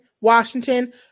Washington